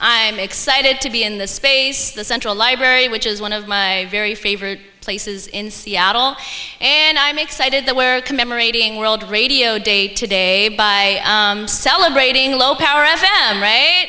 i'm excited to be in the space the central library which is one of my very favorite places in seattle and i'm excited there were commemorating world radio day today by celebrating a low power